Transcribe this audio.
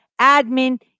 admin